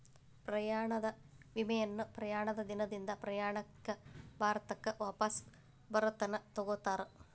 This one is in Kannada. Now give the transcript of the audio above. ಪ್ರಯಾಣದ ವಿಮೆಯನ್ನ ಪ್ರಯಾಣದ ದಿನದಿಂದ ಪ್ರಯಾಣಿಕ ಭಾರತಕ್ಕ ವಾಪಸ್ ಬರತನ ತೊಗೋತಾರ